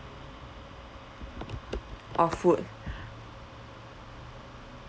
of food